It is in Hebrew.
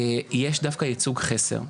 יש דווקא ייצוג חסר.